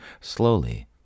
Slowly